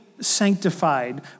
sanctified